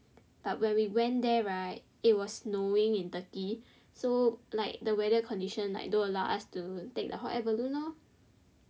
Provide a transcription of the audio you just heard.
but when we went there right it was snowing in Turkey so like the weather condition like don't allow us to take the hot air balloon lor